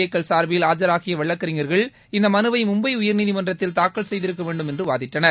ஏக்கள் சார்பில் ஆஜராகிய வழக்கறிஞர்கள் இந்த மனுவை மும்பை உயர்நீதிமன்றத்தில் தாக்கல் செய்திருக்க வேண்டும் என்று வாதிட்டார்